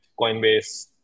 Coinbase